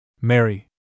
Mary